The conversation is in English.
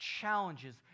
challenges